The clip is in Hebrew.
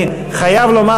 אני חייב לומר,